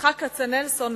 יצחק קצנלסון,